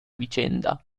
vicenda